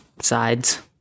sides